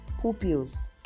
Pupils